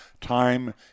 Time